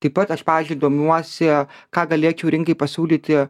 taip pat aš pavyzdžiui domiuosi ką galėčiau rinkai pasiūlyti